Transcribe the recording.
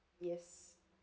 yes